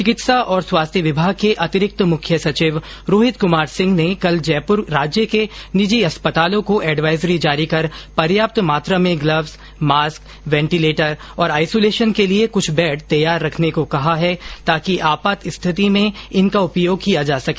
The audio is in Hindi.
चिकित्सा और स्वास्थ्य विभाग के अतिरिक्त मुख्य सचिव रोहित कुमार सिंह ने कल राज्य के निजी अस्पतालों को एडवाइजरी जारी कर पर्याप्त मात्रा में ग्लब्स मास्क वेंटीलेटर और आइसोलेशन के लिए कुछ बेड तैयार रखने को कहा है ताकि आपात स्थिति में इनका उपयोग किया जा सके